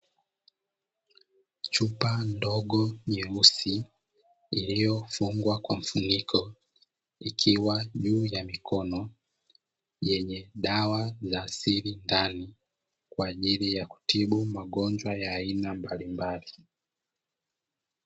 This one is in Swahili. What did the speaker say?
Chupa ndogo ya nyeusi iliyofungwa kwa mfuniko ikiwa juu ya mikono yenye dawa za asili ndani, kwa ajili ya kutibu magonjwa ya aina mbalimbali.